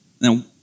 Now